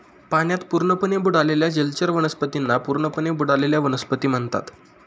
पाण्यात पूर्णपणे बुडालेल्या जलचर वनस्पतींना पूर्णपणे बुडलेल्या वनस्पती म्हणतात